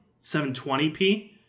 720p